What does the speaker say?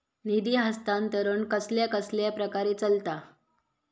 निधी हस्तांतरण कसल्या कसल्या प्रकारे चलता?